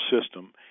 system